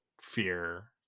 fear